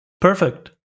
Perfect